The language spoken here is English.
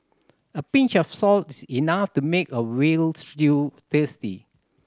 a pinch of salt is enough to make a veal stew tasty